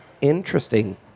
Interesting